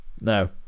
no